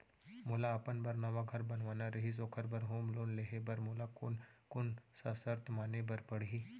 मोला अपन बर नवा घर बनवाना रहिस ओखर बर होम लोन लेहे बर मोला कोन कोन सा शर्त माने बर पड़ही?